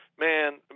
man